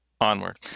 Onward